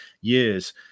years